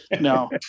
no